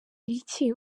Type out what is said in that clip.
iki